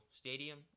stadium